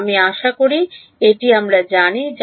ছাত্র আমি আশা করি এটি আমরা জানি